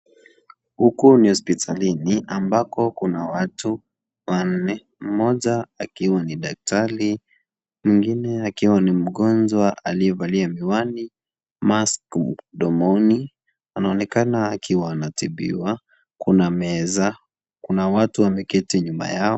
Huku ni hospitalini ambako kuna watu wanne, mmoja akiwa ni daktari , mwingine akiwa ni mgonjwa , mwingine aliyevalia miwani ,mask mdomoni , anaonekana akiwa anatibiwa ,kuna meza, kuna watu wameketi nyuma yao .